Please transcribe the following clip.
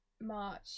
March